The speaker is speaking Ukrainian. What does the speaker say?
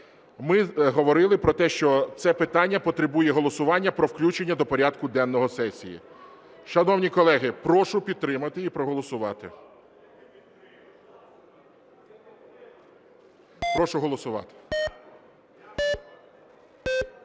Ми говорили про те, що це питання потребує голосування про включення до порядку денного сесії. Шановні колеги, прошу підтримати і проголосувати.